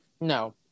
no